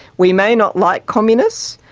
we may not like communists,